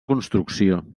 construcció